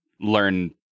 learn